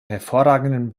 hervorragenden